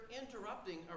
interrupting